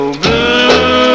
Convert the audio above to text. blue